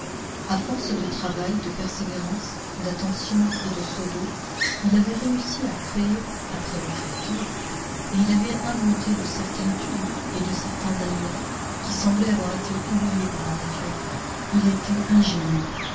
à force de travail de persévérance d'attention et de seaux d'eau il avait réussi à créer après le créateur et il avait inventé de certaines tulipes et de certains dahlias qui semblaient avoir été oubliés par la nature il était ingénieux